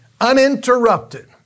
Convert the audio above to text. uninterrupted